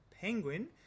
Penguin